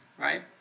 right